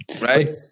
Right